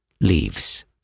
leaves